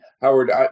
Howard